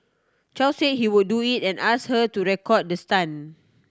Chow say he would do it and ask her to record the stunt